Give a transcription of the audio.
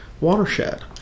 watershed